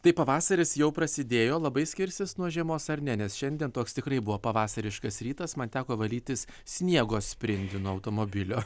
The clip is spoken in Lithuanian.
tai pavasaris jau prasidėjo labai skirsis nuo žiemos ar ne nes šiandien toks tikrai buvo pavasariškas rytas man teko valytis sniego sprindį nuo automobilio